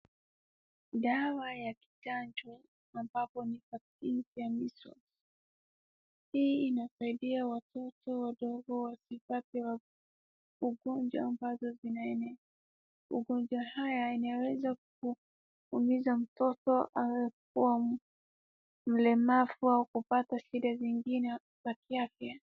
Dawa ya kichanjio, ambayo ni ya pakiti ya measels . Hii inasaidia watoto wadogo wasipate ugonjwa ambazo zinaenea. Ugonjwa haya yanaweza kumuumiza mtoto, awe kuwa mlemavu au kupata shida zingine kwa afya yake.